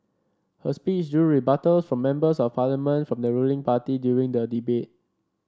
her speech drew rebuttal from Members of Parliament from the ruling party during the debate